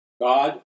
God